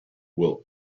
will